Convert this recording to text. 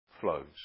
flows